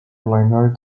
liner